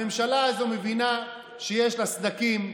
הממשלה הזאת מבינה שיש לה סדקים,